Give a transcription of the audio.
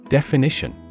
Definition